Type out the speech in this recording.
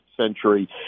century